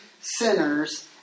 sinners